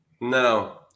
No